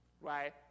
right